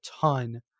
ton